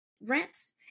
rents